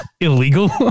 illegal